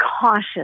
cautious